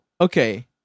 Okay